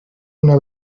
una